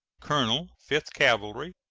colonel fifth cavalry,